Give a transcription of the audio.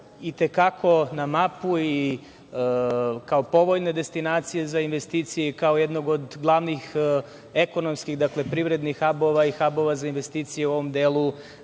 itekako na mapu kao povoljnu destinaciju za investicije, kao jednu od glavnih ekonomskih privrednih habova i habova za investicije u ovom delu